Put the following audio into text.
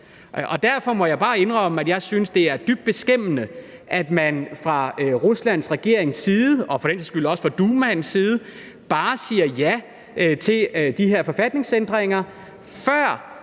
Derfor må jeg bare indrømme, at jeg synes, det er dybt beskæmmende, at man fra Ruslands regerings side og for den sags skyld også fra Dumaens side bare siger ja til de her forfatningsændringer, før